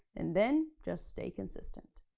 and then, just stay consistent.